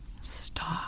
Stop